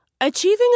achieving